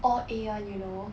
all A one you know